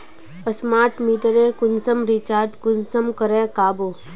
Smart मीटरेर कुंसम recharge कुंसम करे का बो?